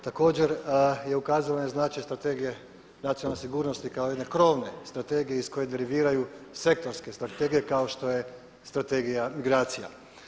Također je ukazala na značaj Strategije nacionalne sigurnosti kao jedne krovne strategije iz koje deriviraju sektorske strategije kao što je Strategija migracija.